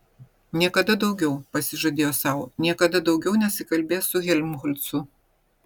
niekada daugiau pasižadėjo sau niekada daugiau nesikalbės su helmholcu